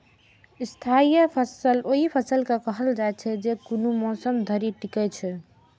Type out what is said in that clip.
स्थायी फसल ओहि फसल के कहल जाइ छै, जे कोनो मौसम धरि टिकै छै